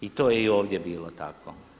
I to je i ovdje bilo tako.